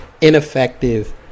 ineffective